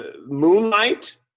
Moonlight